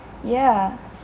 yeah